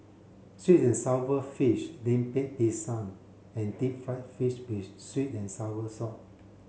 sweet and sour fish Lemper Pisang and deep fried fish with sweet and sour sauce